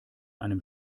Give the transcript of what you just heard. einem